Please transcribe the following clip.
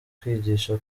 kwigisha